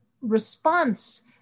response